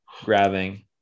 grabbing